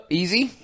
easy